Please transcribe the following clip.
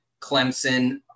Clemson